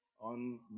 on